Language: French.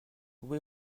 vous